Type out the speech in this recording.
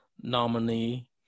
nominee